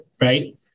right